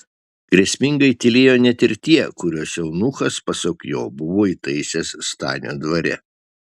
grėsmingai tylėjo net ir tie kuriuos eunuchas pasak jo buvo įtaisęs stanio dvare